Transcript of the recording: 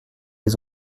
des